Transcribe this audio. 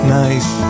nice